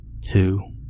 two